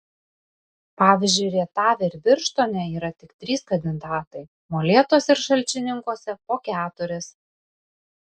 pavyzdžiui rietave ir birštone yra tik trys kandidatai molėtuose ir šalčininkuose po keturis